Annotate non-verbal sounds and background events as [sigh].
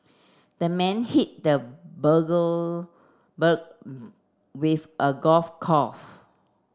the man hit the [unintelligible] with a golf [unintelligible]